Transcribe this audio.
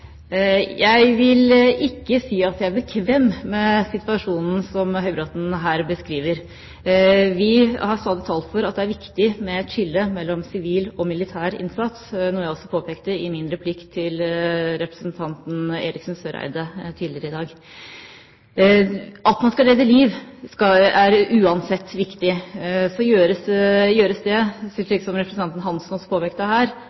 Jeg vil ikke si at jeg er bekvem med den situasjonen som Høybråten her beskriver. Vi har stadig talt for at det er viktig med et skille mellom sivil og militær innsats, noe jeg også påpekte i min replikk til representanten Eriksen Søreide tidligere i dag. Å redde liv er uansett viktig. Gjøres det, slik som representanten Hansen også påpekte her,